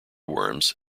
worms